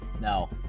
No